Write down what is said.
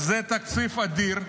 זה תקציב אדיר: